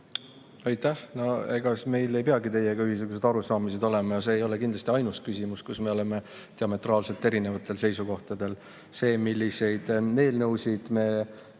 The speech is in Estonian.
Aitäh! Ega meil ei peagi teiega ühesugused arusaamised olema. Ja see ei ole kindlasti ainus küsimus, kus me oleme diametraalselt erinevatel seisukohtadel. See, milliseid eelnõusid me